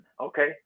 okay